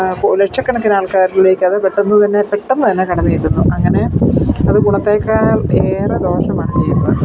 അപ്പോൾ ലക്ഷക്കണക്കിന് ആൾക്കാരിലേക്ക് അത് പെട്ടെന്ന് തന്നെ പെട്ടെന്ന് തന്നെ കടന്നു ചെല്ലുന്നു അങ്ങനെ അത് ഗുണത്തേക്കാൾ ഏറെ ദോഷമാണ് ചെയ്യുന്നത്